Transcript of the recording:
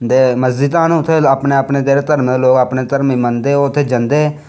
ते मस्जिदां न ते अपने अपने उत्थें ते ओह् अपने धर्म गी लोग मनदे ते उत्थें जंदे